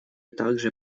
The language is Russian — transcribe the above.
также